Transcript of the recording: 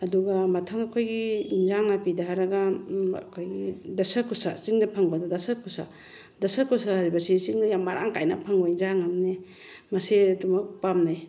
ꯑꯗꯨꯒ ꯃꯊꯪ ꯑꯩꯈꯣꯏꯒꯤ ꯑꯦꯟꯁꯥꯡ ꯅꯥꯄꯤꯗ ꯍꯥꯏꯔꯒ ꯑꯩꯈꯣꯏꯒꯤ ꯗꯁꯀꯨꯁ ꯆꯤꯡꯗ ꯐꯪꯕ ꯗꯁꯀꯨꯁ ꯗꯁꯀꯨꯁ ꯍꯥꯏꯕꯁꯤ ꯆꯤꯡꯗ ꯌꯥꯝ ꯃꯔꯥꯡ ꯀꯥꯏꯅ ꯐꯪꯕ ꯑꯦꯟꯁꯥꯡ ꯑꯃꯅꯤ ꯃꯁꯦ ꯑꯗꯨꯃꯛ ꯄꯥꯝꯅꯩ